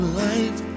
life